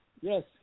Yes